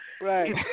Right